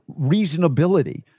reasonability